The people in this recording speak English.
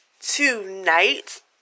tonight